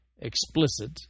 explicit